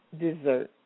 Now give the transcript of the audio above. dessert